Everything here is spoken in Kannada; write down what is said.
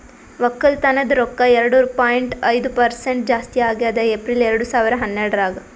ಒಕ್ಕಲತನದ್ ರೊಕ್ಕ ಎರಡು ಪಾಯಿಂಟ್ ಐದು ಪರಸೆಂಟ್ ಜಾಸ್ತಿ ಆಗ್ಯದ್ ಏಪ್ರಿಲ್ ಎರಡು ಸಾವಿರ ಹನ್ನೆರಡರಾಗ್